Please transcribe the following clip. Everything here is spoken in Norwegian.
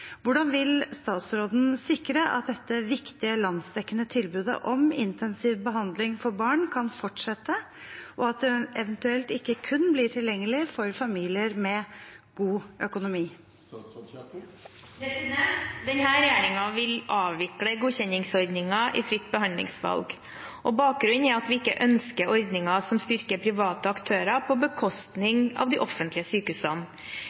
Hvordan vil statsråden sikre at dette viktige landsdekkende tilbudet om intensiv behandling for barn kan fortsette, og at det eventuelt ikke kun blir tilgjengelig for familier med god økonomi?» Denne regjeringen vil avvikle godkjenningsordningen i fritt behandlingsvalg. Bakgrunnen er at vi ikke ønsker ordninger som styrker private aktører på bekostning av de offentlige sykehusene.